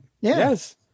Yes